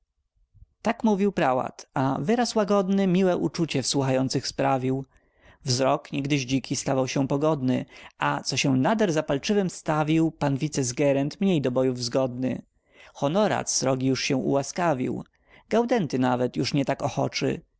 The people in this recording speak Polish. tak mówił prałat a wyraz łagodny miłe uczucie w słuchających sprawił wzrok niegdyś dziki stawał się pogodny a co się nader zapalczywym stawił pan wicesgerent mniej do bojów zgodny honorat srogi już się ułaskawił gaudenty nawet już nie tak ochoczy